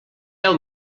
deu